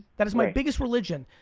that is my biggest religion.